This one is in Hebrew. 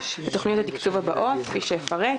לתוכניות התקצוב שאפרט.